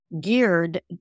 geared